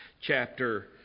chapter